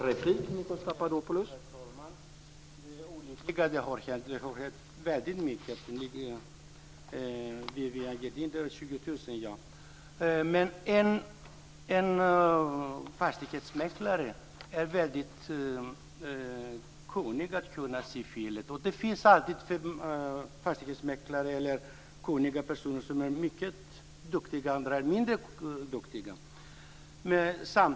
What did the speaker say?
Herr talman! Det är olyckligt att det har hänt. Det har kostat väldigt mycket. En fastighetsmäklare är väldigt kunnig när det gäller att se fel. Det finns alltid fastighetsmäklare eller kunniga personer som är mycket duktiga. Andra är mindre duktiga.